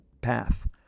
path